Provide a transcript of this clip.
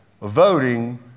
voting